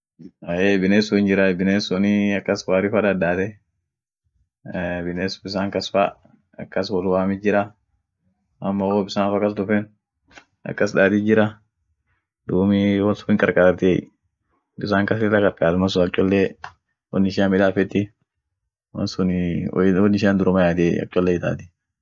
Ahey biness sun hinjiray binessunii akas fa wari fa dadaate, binessun bisan kas fa akas wolwamit jirra, ama wo bissan wo kas duffen akas daatit jirra duumi won sun hinkarkaartiey, bissan kas lilla karkaat malsun ak cholle won ishia midafeti, won sunii woit won ishian durumayaatiey ak cholle itaati.